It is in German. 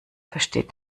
versteht